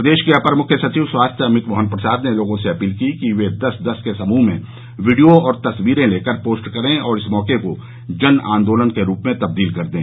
प्रदेश के अपर मुख्य सचिव स्वास्थ्य अमित मोहन प्रसाद ने लोगों से अपील की है कि वो दस दस के समूह में वीडियो और तस्वीरें लेकर पोस्ट करें और इस मौके को जन आन्दोलन के रूप में तब्दील कर दें